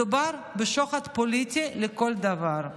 מדובר בשוחד פוליטי לכל דבר.